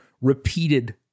repeated